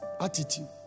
attitude